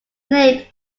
named